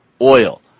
oil